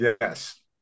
Yes